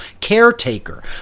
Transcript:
caretaker